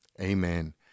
Amen